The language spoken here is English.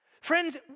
Friends